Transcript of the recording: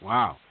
Wow